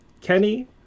Kenny